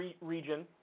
region